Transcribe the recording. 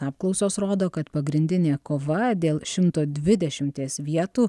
apklausos rodo kad pagrindinė kova dėl šimto dvidešimties vietų